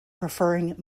preferring